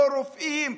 לא רופאים,